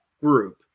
group